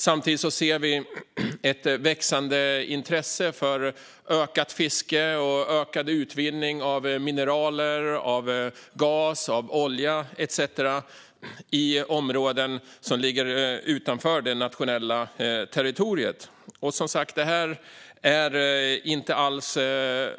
Samtidigt ser vi ett växande intresse för ökat fiske och ökad utvinning av mineraler, gas, olja etcetera i områden som ligger utanför det nationella territoriet. Det här är som sagt inte alls